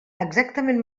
exactament